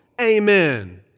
Amen